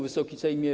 Wysoki Sejmie!